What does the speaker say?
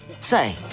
Say